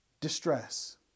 Distress